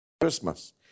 Christmas